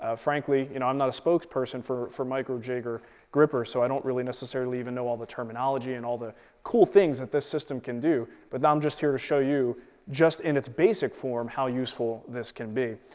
ah frankly, i'm not a spokesperson for for micro jig or grr-ripper so i don't really necessarily even know all the terminology and all the cool things that this system can do, but i'm um just here to show you just in its basic form how useful this can be.